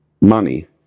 money